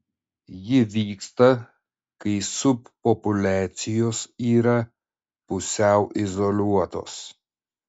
ji vyksta kai subpopuliacijos yra pusiau izoliuotos